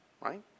right